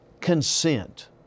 consent